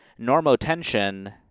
normotension